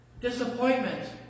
Disappointment